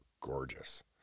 gorgeous